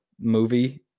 movie